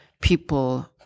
People